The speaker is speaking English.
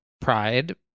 Pride